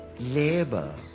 labor